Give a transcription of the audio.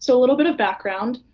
so little bit of background.